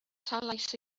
talais